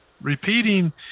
Repeating